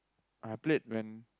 I played when